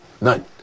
none